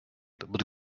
but